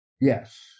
Yes